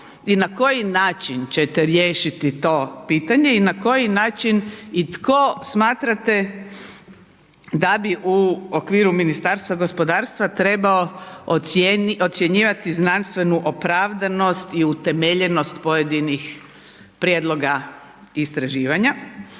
i na koji način ćete riješiti to pitanje i na koji način i tko smatrate da bi u okviru Ministarstva gospodarstva trebao ocjenjivati znanstvenu opravdanost i utemeljenost pojedinih prijedloga istraživanja